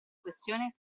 questione